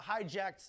hijacked